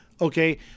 Okay